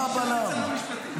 מה הבלם?